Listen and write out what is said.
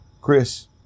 Chris